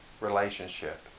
relationship